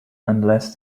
unless